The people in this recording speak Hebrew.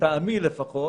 לטעמי לפחות,